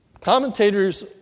Commentators